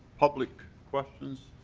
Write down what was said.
public questions?